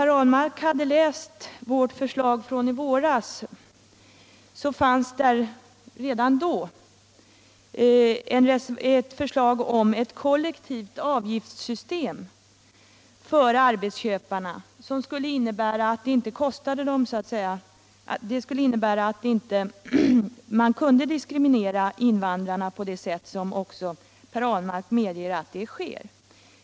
Redan i våras hade vi ett förslag om ett kollektivt avgiftssystem för arbetsköparna, som skulle innebära att man inte kan diskriminera invandrarna på det sätt som — det medger också Per Ahlmark — sker.